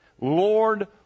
Lord